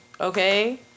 Okay